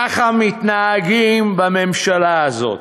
ככה מתנהגים בממשלה הזאת.